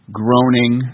groaning